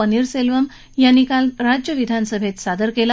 पनीस्सेल्वम यांनी काल राज्य विधानसभेत सादर केला